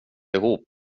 ihop